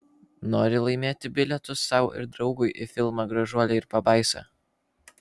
nori laimėti bilietus sau ir draugui į filmą gražuolė ir pabaisa